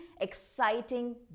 exciting